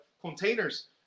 containers